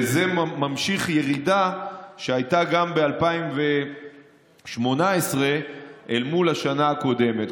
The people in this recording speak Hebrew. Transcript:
וזה ממשיך את הירידה שהייתה גם ב-2018 מול השנה הקודמת.